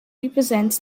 represents